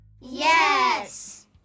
Yes